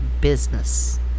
business